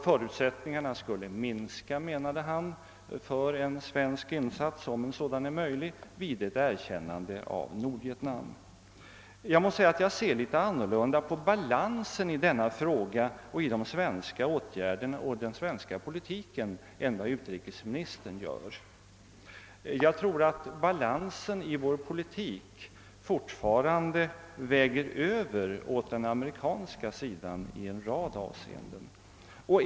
Förutsättningarna för en eventuell svensk insats skulle, menade han, minska vid ett erkännande av Nordvietnam. Jag ser litet annorlunda på balansen i denna fråga samt på de svenska åtgärderna och den svenska politiken än vad utrikesministern gör. Jag tror att balansen i vår politik fortfarande väger över åt den amerikanska sidan i en rad avseenden.